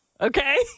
Okay